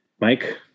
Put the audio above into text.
Mike